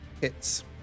hits